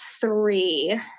three